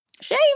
Shame